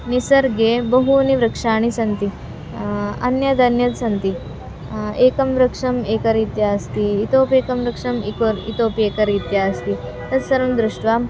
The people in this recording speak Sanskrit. निसर्गे बहवः वृक्षाः सन्ति अन्यद् अन्ये सन्ति एकं वृक्षम् एकरीत्या अस्ति इतोऽपि एकं वृक्षम् इकोर् इतोऽपि एकरीत्या अस्ति तत्सर्वं दृष्ट्वा